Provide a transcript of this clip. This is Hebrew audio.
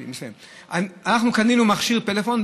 אנחנו קנינו מכשיר טלפון,